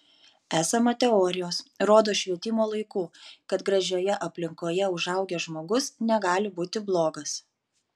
esama teorijos rodos švietimo laikų kad gražioje aplinkoje užaugęs žmogus negali būti blogas